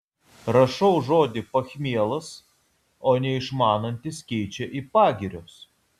rašau žodį pachmielas o neišmanantys keičia į pagirios